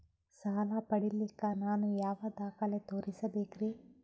ಸಾಲ ಪಡಿಲಿಕ್ಕ ನಾನು ಯಾವ ದಾಖಲೆ ತೋರಿಸಬೇಕರಿ?